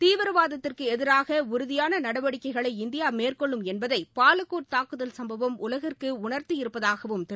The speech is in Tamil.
தீவிரவாதத்திற்கு எதிராக உறுதியான நடவடிக்கைகளை இந்தியா மேற்கொள்ளும் என்பதை பாலக்கோட் தாக்குதல் சம்பவம் உலகிற்கு உணா்த்தியிருப்பதாகவும் திரு